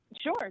Sure